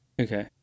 okay